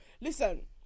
Listen